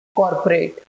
corporate